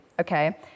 okay